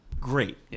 Great